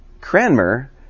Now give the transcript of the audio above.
Cranmer